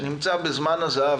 שנמצא בזמן הזהב,